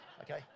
Okay